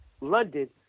London